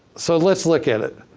so let's look at it.